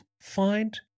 find